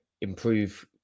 improve